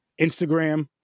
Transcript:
Instagram